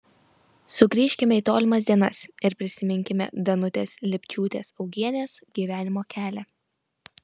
sugrįžkime į tolimas dienas ir prisiminkime danutės lipčiūtės augienės gyvenimo kelią